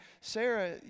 Sarah